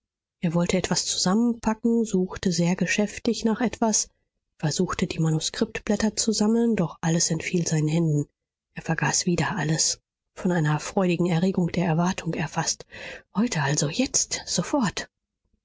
er wollte etwas zusammenpacken suchte sehr geschäftig nach etwas versuchte die manuskriptblätter zu sammeln doch alles entfiel seinen händen er vergaß wieder alles von einer freudigen erregung der erwartung erfaßt heute also jetzt sofort